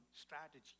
strategy